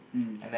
mm